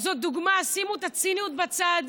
זו דוגמה, שימו את הציניות בצד,